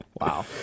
Wow